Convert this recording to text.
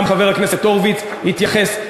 גם חבר הכנסת הורוביץ התייחס.